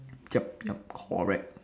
yup yup correct